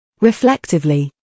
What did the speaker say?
Reflectively